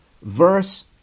verse